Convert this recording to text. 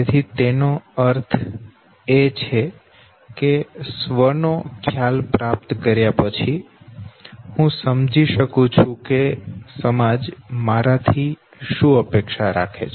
તેથી તેનો અર્થ એ છે કે સ્વ નો ખ્યાલ પ્રાપ્ત કર્યા પછી હું સમજી શકું છું કે સમાજ મારાથી શું અપેક્ષા રાખે છે